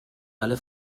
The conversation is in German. alle